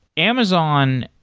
amazon,